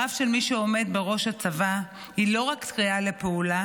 דבריו של מי שעומד בראש הצבא הם לא רק קריאה לפעולה,